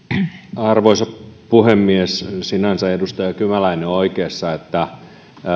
arvoisa puhemies sinänsä edustaja kymäläinen on oikeassa että